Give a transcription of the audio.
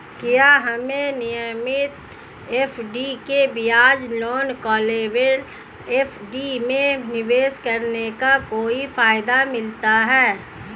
क्या हमें नियमित एफ.डी के बजाय नॉन कॉलेबल एफ.डी में निवेश करने का कोई फायदा मिलता है?